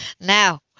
Now